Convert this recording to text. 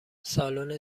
سالن